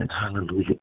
Hallelujah